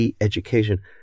Education